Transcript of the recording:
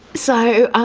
so,